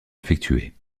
effectués